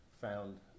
found